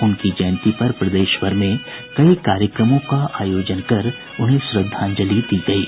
उनकी जयंती पर प्रदेश भर में कई कार्यक्रमों का आयोजन कर उन्हें श्रद्धांजलि दी गयी